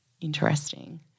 interesting